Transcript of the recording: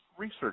research